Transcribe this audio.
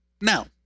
Now